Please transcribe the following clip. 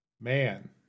man